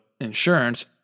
insurance